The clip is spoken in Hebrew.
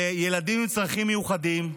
לילדים עם צרכים מיוחדים,